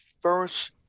first